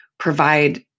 provide